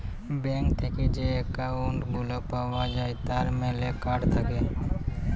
bank থেক্যে যে account গুলা পাওয়া যায় তার ম্যালা কার্ড থাক্যে